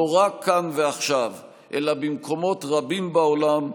לא רק כאן ועכשיו אלא במקומות רבים בעולם,